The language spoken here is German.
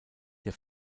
der